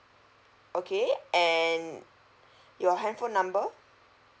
okay and your handphone number